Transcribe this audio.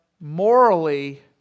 morally